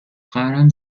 خواهرم